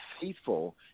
faithful